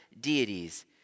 deities